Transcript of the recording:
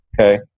okay